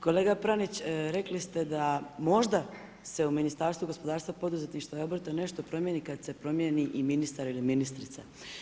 Kolega Pranić, rekli ste da možda se u Ministarstvu gospodarstva, poduzetništva i obrta nešto promijeni kad se promijeni kad se promijeni i ministar ili ministrica.